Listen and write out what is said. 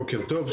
בוקר טוב.